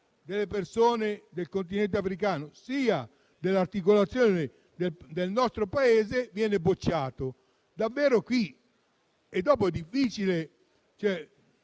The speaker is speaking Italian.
delle persone del Continente africano, sia delle articolazioni del nostro Paese viene bocciato. Quindi, poi è difficile